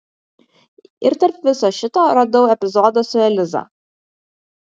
ir tarp viso šito radau epizodą su eliza